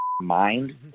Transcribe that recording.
mind